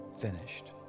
finished